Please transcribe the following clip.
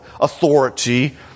authority